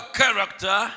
character